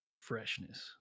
freshness